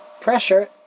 pressure